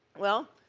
well,